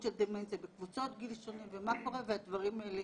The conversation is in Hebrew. של דמנציה בקבוצות גיל שונות ומה קורה והדברים האלה